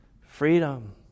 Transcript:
freedom